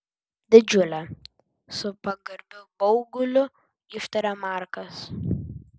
didžiulė su pagarbiu bauguliu ištarė markas